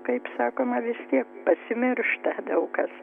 kaip sakoma vis tiek pasimiršta daug kas